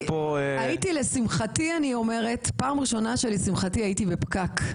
לשמחתי אני אומרת, פעם ראשונה שלשמחתי הייתי בפקק.